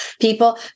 people